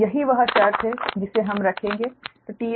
इसलिए यही वह शर्त है जिसे हम रखेंगे t stR1